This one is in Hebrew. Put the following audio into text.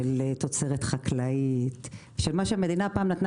של תוצרת חקלאית, של מה שהמדינה פעם נתנה